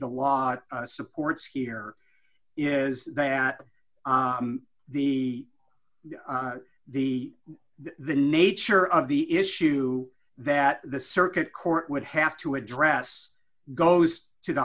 the law supports here is that the the the nature of the issue that the circuit court would have to address goes to the